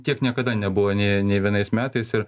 tiek niekada nebuvo nė nė vienais metais ir